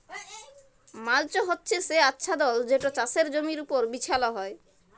mulch হছে সে আচ্ছাদল যেট চাষের জমির উপর বিছাল হ্যয়